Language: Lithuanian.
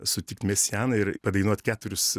sutikt mesianą ir padainuot keturis